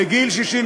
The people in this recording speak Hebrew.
בגיל 69